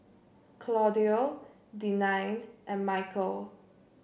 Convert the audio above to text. Claudio Denine and Mykel